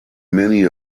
many